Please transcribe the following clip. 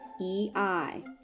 EI